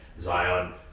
Zion